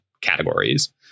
categories